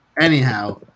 Anyhow